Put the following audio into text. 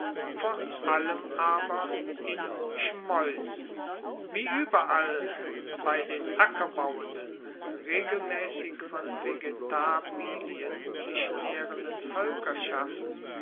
vor allem aber in schmaeusen wie ueberall bei den ackerbauenden regelmaessig von vegetabilien sich naehrenden